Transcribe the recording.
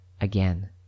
Again